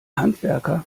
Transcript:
handwerker